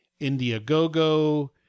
Indiegogo